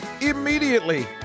immediately